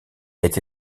été